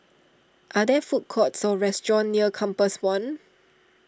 are there food courts or restaurants near Compass one